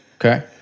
Okay